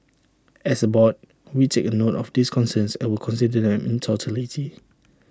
as A board we take note of these concerns and will consider them in totality